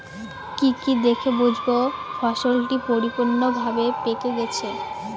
কি কি দেখে বুঝব ফসলটি পরিপূর্ণভাবে পেকে গেছে?